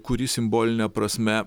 kuri simboline prasme